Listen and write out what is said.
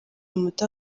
muto